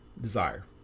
desire